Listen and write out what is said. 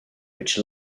which